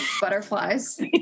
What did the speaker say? butterflies